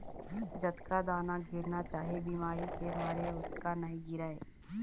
जतका दाना गिरना चाही बिमारी के मारे ओतका नइ गिरय